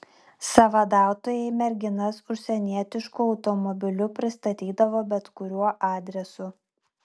sąvadautojai merginas užsienietišku automobiliu pristatydavo bet kuriuo adresu